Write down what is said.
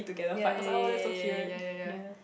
ya ya ya ya ya ya ya ya ya